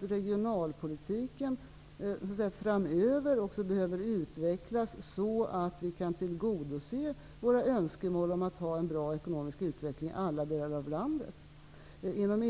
Regionalpolitiken behöver utvecklas framöver så att vi kan tillgodose våra önskemål om att ha en bra ekonomisk utveckling i alla delar av landet. Man